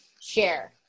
share